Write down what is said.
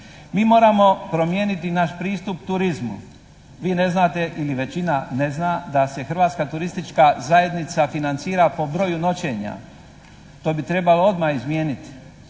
Mi moramo promijeniti naš pristup turizmu. Vi ne znate, ili većina ne zna, da se Hrvatska turistička zajednica financira po broju noćenja. To bi trebalo odma izmijeniti.